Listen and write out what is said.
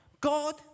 God